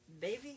Baby